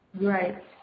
Right